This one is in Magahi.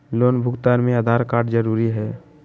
लोन भुगतान में आधार कार्ड जरूरी है?